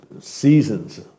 seasons